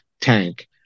tank